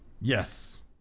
Yes